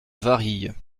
varilhes